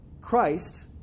Christ